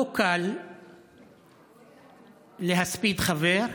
לא קל להספיד חבר.